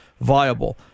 viable